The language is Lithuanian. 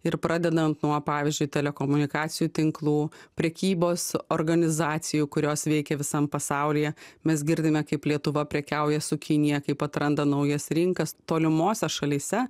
ir pradedant nuo pavyzdžiui telekomunikacijų tinklų prekybos organizacijų kurios veikia visam pasaulyje mes girdime kaip lietuva prekiauja su kinija kaip atranda naujas rinkas tolimose šalyse